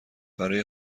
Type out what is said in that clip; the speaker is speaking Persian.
برای